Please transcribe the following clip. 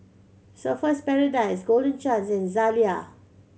Surfer's Paradise Golden Chance and Zalia